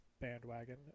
bandwagon